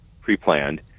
pre-planned